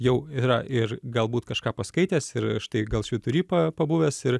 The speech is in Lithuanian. jau yra ir galbūt kažką paskaitęs ir štai gal švytury pa pabuvęs ir